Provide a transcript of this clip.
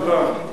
חוטובלי, תודה.